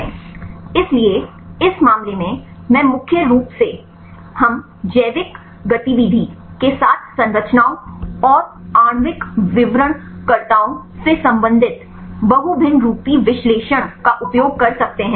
इसलिए इस मामले में मुख्य रूप से हम जैविक गतिविधि के साथ संरचनाओं और आणविक विवरणकर्ताओं से संबंधित बहुभिन्नरूपी विश्लेषण का उपयोग कर सकते हैं